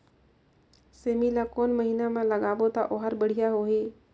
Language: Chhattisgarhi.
सेमी ला कोन महीना मा लगाबो ता ओहार बढ़िया होही?